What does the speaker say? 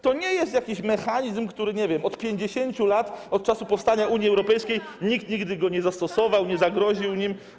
To nie jest jakiś mechanizm, którego, nie wiem, od 50 lat, od czasu powstania Unii Europejskiej nikt nigdy nie zastosował, nie zagroził nim.